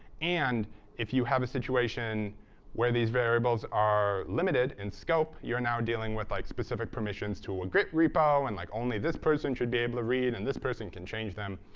and if you have a situation where these variables are limited in scope, you're now dealing with like specific permissions to ah git repo and, like, only this person should be able to read, and this person can change them.